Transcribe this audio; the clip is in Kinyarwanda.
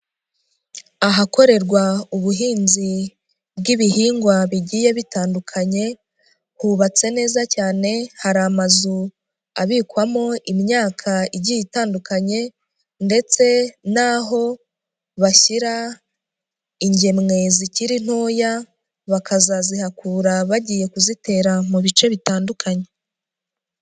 Ahakorerwa ubuhinzi bw'ibihingwa bigiye bitandukanye hubatse neza cyane hari amazu abikwamo imyaka igiye itandukanye ndetse n'aho bashyira ingemwe zikiri ntoya bakazazihakura bagiye kuzitera mu bice bitandukanye.